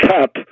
Cup